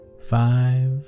five